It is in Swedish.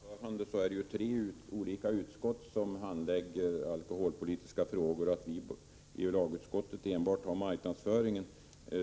Herr talman! Som jag sade i mitt anförande är det tre utskott som handlägger alkoholpolitiska frågor, och vi i lagutskottet har enbart hand om marknadsföringsfrågor.